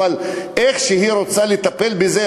אבל איך שהיא רוצה לטפל בזה,